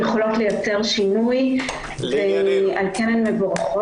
ופרקטי לאותן ממונות להטרדות מיניות שעברו הכשרה של 18 שעות